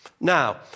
Now